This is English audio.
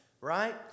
right